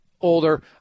older